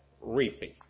reaping